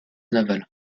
navale